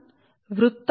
కాబట్టి అది ఉంటే